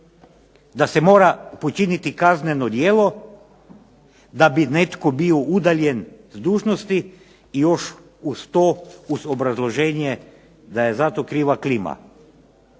da se mora počiniti kazneno djelo da bi netko bio udaljen s dužnosti, još uz to uz obrazloženje da je zato kriva klima.